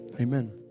amen